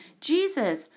Jesus